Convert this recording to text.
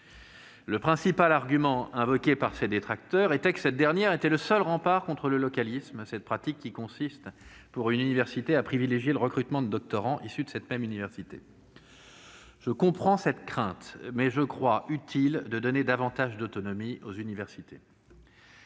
Le principal argument invoqué par les détracteurs de cette disposition était que celle-ci était le seul rempart contre le localisme, cette pratique qui consiste pour une université à privilégier le recrutement de doctorants issus de cette même université. Je comprends cette crainte, mais je crois utile de donner davantage d'autonomie aux universités.